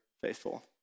faithful